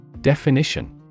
Definition